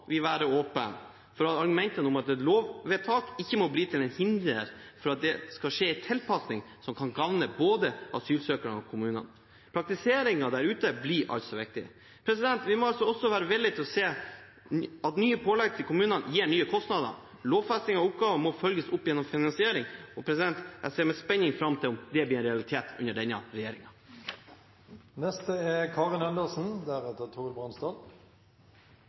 vi være åpen for meninger om at et lovvedtak ikke må bli til hinder for at det skal skje en tilpasning som kan gagne både asylsøkerne og kommunene. Praktiseringen der ute blir altså viktig. Vi må også være villig til å se at nye pålegg til kommunene gir nye kostnader. Lovfesting av oppgaver må følges opp gjennom finansiering. Jeg ser med spenning fram til om det blir en realitet under denne regjeringen. Jeg er